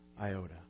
iota